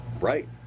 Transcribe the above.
right